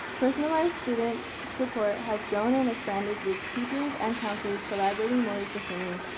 personalized student support has grown and expanded with teachers and counselors collaborating more efficiently.